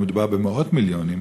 ומדובר במאות מיליונים,